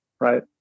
right